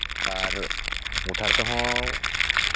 ᱟᱨ ᱜᱚᱴᱷᱟᱲ ᱛᱮᱦᱚᱸ